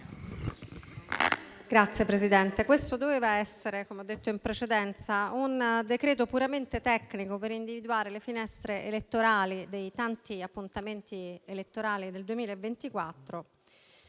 Signora Presidente, questo doveva essere - come ho detto in precedenza - un decreto-legge puramente tecnico per individuare le finestre elettorali dei tanti appuntamenti elettorali del 2024